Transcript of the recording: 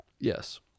Yes